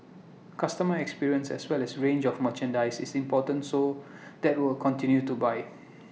customer experience as well as range of merchandise is important so that will continue to buy